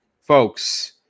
folks